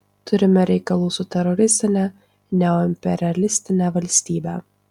turime reikalų su teroristine neoimperialistine valstybe